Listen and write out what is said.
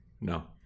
No